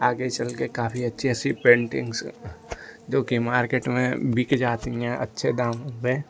आगे चल कर काफी अच्छे से पेंटिंग्स जो कि मार्केट में बिक जाती है अच्छे दामों में